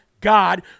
God